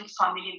family